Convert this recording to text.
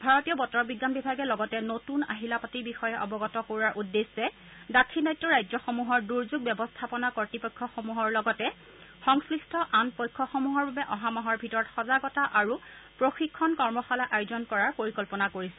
ভাৰতীয় বতৰ বিজ্ঞান বিভাগে লগতে নতুন আহিলাপাতিৰ বিষয়ে অৱগত কৰোৱাৰ উদ্দেশ্যে দাক্ষিনাত্যৰ ৰাজ্যসমূহৰ দূৰ্যোগ ব্যৱস্থাপনা কৰ্তৃপক্ষসমূহৰ লগতে সংশ্লিষ্ট আন পক্ষসমূহৰ বাবে অহা মাহৰ ভিতৰত সজাগতা আৰু প্ৰশিক্ষণ কৰ্মশালা আয়োজন কৰাৰ পৰিকল্পনা কৰিছে